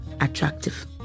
attractive